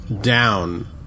down